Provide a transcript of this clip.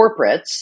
corporates